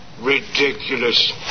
Ridiculous